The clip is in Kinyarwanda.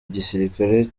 igisirikare